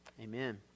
Amen